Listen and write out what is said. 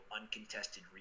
uncontested